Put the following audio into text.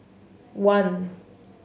one